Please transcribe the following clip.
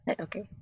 okay